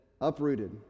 uprooted